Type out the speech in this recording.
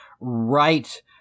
right